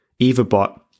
EvaBot